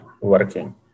working